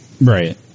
Right